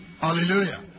Hallelujah